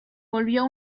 volvió